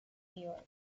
york